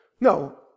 No